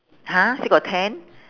!huh! still got ten